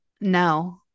No